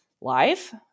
life